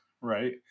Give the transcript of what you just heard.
right